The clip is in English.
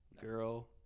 girl